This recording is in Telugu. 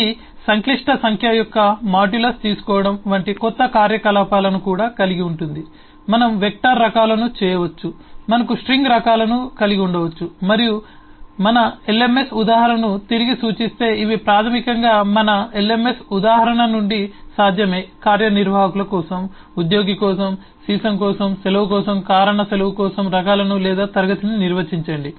ఇది సంక్లిష్ట సంఖ్య యొక్క మాడ్యులస్ తీసుకోవడం వంటి కొత్త కార్యకలాపాలను కూడా కలిగి ఉంటుంది మనం వెక్టర్ రకాలను చేయవచ్చు మనకు స్ట్రింగ్ రకాలను కలిగి ఉండవచ్చు మరియు మన LMS ఉదాహరణను తిరిగి సూచిస్తే ఇవి ప్రాథమికంగా మన LMS ఉదాహరణ నుండి సాధ్యమే కార్యనిర్వాహకుల కోసం ఉద్యోగి కోసం సీసం కోసం సెలవు కోసం కారణ సెలవు కోసం రకాలను లేదా తరగతిని నిర్వచించండి